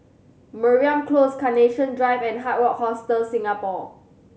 Mariam Close Carnation Drive and Hard Rock Hostel Singapore